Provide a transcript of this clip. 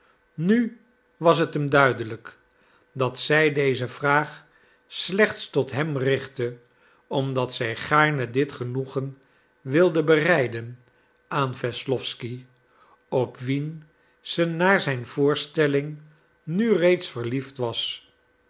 nu was het hem duidelijk dat zij deze vraag slechts tot hem richtte omdat zij gaarne dit genoegen wilde bereiden aan wesslowsky op wien ze naar zijn voorstelling nu reeds verliefd was